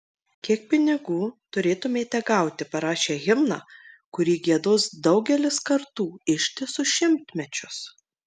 kiek pinigų turėtumėte gauti parašę himną kurį giedos daugelis kartų ištisus šimtmečius